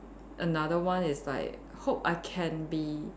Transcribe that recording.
another one is like hope I can be